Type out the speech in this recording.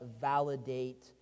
validate